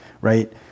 right